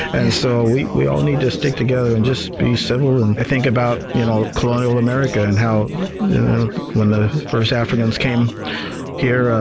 and so we we all need to stick together and just be civil. and i think about you know colonial america and how when the first africans came here,